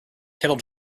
kettle